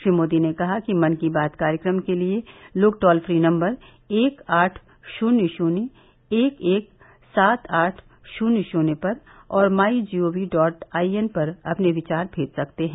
श्री मोदी ने कहा कि मन की बात कार्यक्रम के लिए लोग टोल फ्री नम्बर एक आठ शून्य शून्य एक एक सात आठ शून्य शून्य पर और my G O V dot I N पर अपने विचार भेज सकते हैं